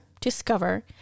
discover